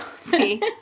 See